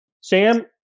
Sam